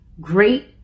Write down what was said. great